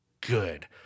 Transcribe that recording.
good